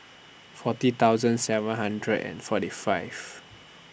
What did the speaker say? forty thousand seven hundred and forty five